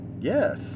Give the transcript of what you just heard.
yes